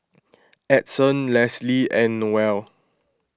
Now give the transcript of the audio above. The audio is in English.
Edson Lesley and Noelle